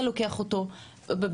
אתה לוקח אותו לבדיקות,